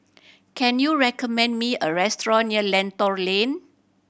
can you recommend me a restaurant near Lentor Lane